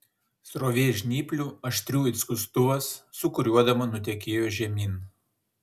srovė žnyplių aštrių it skustuvas sūkuriuodama nutekėjo žemyn